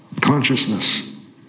consciousness